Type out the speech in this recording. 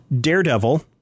Daredevil